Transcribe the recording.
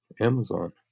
Amazon